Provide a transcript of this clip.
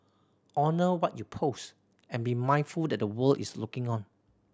honour what you post and be mindful that the world is looking on